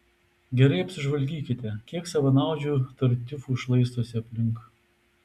gerai apsižvalgykite kiek savanaudžių tartiufų šlaistosi aplink